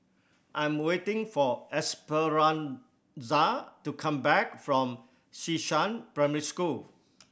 I am waiting for Esperanza to come back from Xishan Primary School